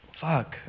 fuck